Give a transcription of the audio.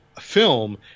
film